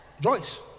Joyce